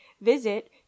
Visit